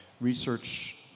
research